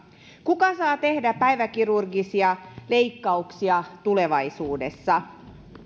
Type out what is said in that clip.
kuka saa tehdä päiväkirurgisia leikkauksia tulevaisuudessa